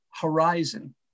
Horizon